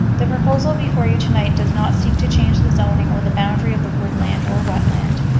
the proposal before you tonight does not seek to change the zoning or the boundary of the woodland or wetland.